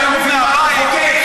אתה לא מבין מה אתה מחוקק.